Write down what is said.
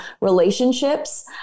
relationships